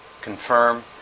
confirm